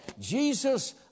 Jesus